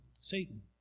Satan